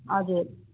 हजुर